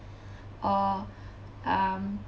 or um